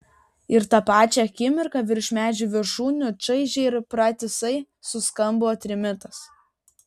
ir tą pačią akimirką virš medžių viršūnių čaižiai ir pratisai suskambo trimitas